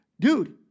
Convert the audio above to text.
dude